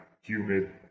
humid